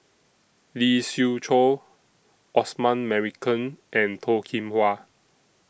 Lee Siew Choh Osman Merican and Toh Kim Hwa